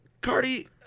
Cardi